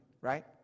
right